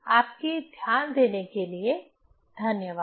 आपके ध्यान देने के लिए धन्यवाद